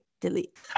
delete